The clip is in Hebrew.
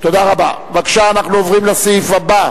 אין נמנעים.